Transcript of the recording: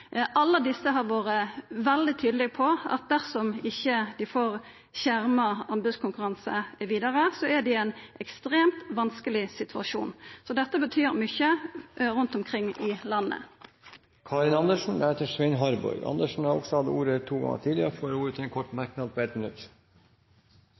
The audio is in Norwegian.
Alle desse har vore veldig tydelege på at dersom dei ikkje får ein skjerma anbodskonkurranse vidare, er dei i ein ekstremt vanskeleg situasjon. Dette betyr mykje rundt omkring i landet. Representanten Karin Andersen har hatt ordet to ganger tidligere og får ordet til en kort